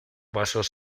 vasos